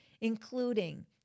including